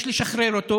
יש לשחרר אותו.